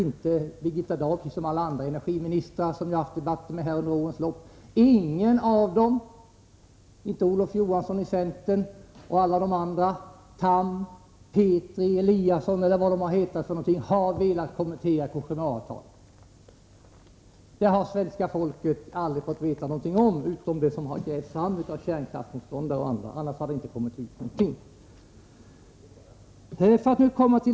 Det har inte heller någon av de andra energiministrar som jag haft debatter med under årens lopp velat göra — inte Olof Johansson i centern, och inte heller någon av de andra: Tham, Petri, Eliasson och vad de har hetat. Det har svenska folket aldrig fått veta någonting annat om än det som har drivits fram av kärnkraftsmotståndare och andra. Utöver detta har ingenting kommit ut.